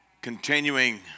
Continuing